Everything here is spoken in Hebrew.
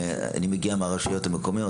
מגיע מהרשויות המקומיות,